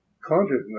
Consciousness